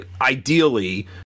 ideally